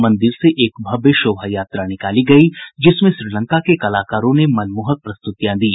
मंदिर से एक भव्य शोभायात्रा निकाली गयी जिसमें श्रीलंका के कलाकारों ने मनमोहक प्रस्तुतियां दी